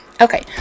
Okay